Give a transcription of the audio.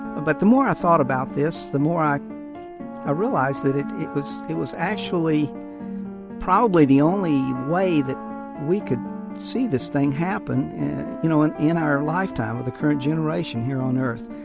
but the more i thought about this, the more i ah realized that it was it was actually probably the only way that we could see this thing happen you know and in our lifetime, with the current generation here on earth.